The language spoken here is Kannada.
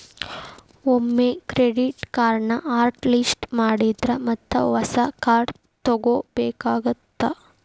ಒಮ್ಮೆ ಕ್ರೆಡಿಟ್ ಕಾರ್ಡ್ನ ಹಾಟ್ ಲಿಸ್ಟ್ ಮಾಡಿದ್ರ ಮತ್ತ ಹೊಸ ಕಾರ್ಡ್ ತೊಗೋಬೇಕಾಗತ್ತಾ